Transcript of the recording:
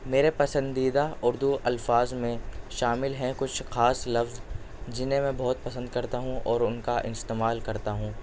میرے پسندیدہ اردو الفاظ میں شامل ہیں کچھ خاص لفظ جنہیں میں بہت پسند کرتا ہوں اور ان کا استعمال کرتا ہوں